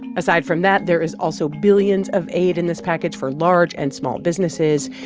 aside from that, there is also billions of aid in this package for large and small businesses.